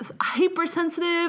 hypersensitive